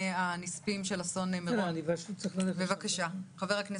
גפני, בבקשה.